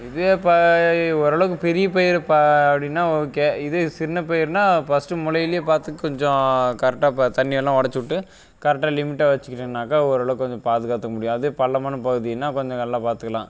இதுவே இப்போ ஓரளவுக்கு பெரிய பயிரு பா அப்படின்னா ஓகே இதே சின்ன பயிர்னா ஃபர்ஸ்ட்டு முளையிலே பார்த்து கொஞ்சம் கரட்டாக பா தண்ணியெல்லாம் உடச்சி விட்டு கரட்டாக லிமிட்டாக வெச்சுக்கிட்டோன்னாக்கா ஓரளவுக்கு கொஞ்சம் பாதுகாத்துக்க முடியும் அதே பள்ளமான பகுதினா கொஞ்சம் நல்லா பார்த்துக்கலாம்